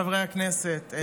חברי הכנסת,